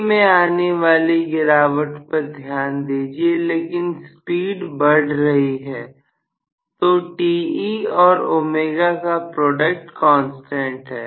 Te में आने वाली गिरावट पर ध्यान दीजिए लेकिन स्पीड बढ़ रही है तो Te और ω का प्रोडक्ट कांस्टेंट है